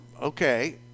Okay